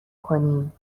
کنیم